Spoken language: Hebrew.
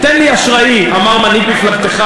"תן לי אשראִי", אמר מנהיג מפלגתך